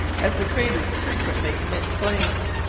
as the crater frequently emits flames.